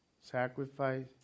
sacrifice